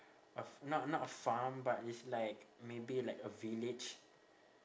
a f~ not not a farm but it's like maybe like a village